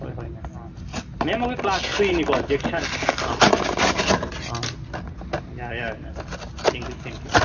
ꯍꯣꯏ ꯍꯣꯏ ma'am ma'am ꯑꯩꯈꯣꯏ ꯀ꯭ꯂꯥꯁ ꯊ꯭ꯔꯤꯅꯤꯀꯣ ꯖꯦꯛꯁꯟ ꯑꯥ ꯑꯥ ꯌꯥꯔꯦ ꯌꯥꯔꯦ ꯃꯦꯝ ꯎꯝ ꯊꯦꯡꯀ꯭ꯌꯨ ꯊꯦꯡꯀ꯭ꯌꯨ